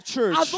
church